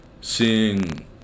seeing